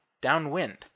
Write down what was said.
downwind